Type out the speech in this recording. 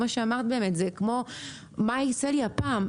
זה כמו "מה ייצא לי הפעם".